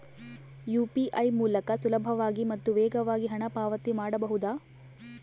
UPI ಮೂಲಕ ಸುಲಭವಾಗಿ ಮತ್ತು ವೇಗವಾಗಿ ಹಣ ಪಾವತಿ ಮಾಡಬಹುದಾ?